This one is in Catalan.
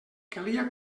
calia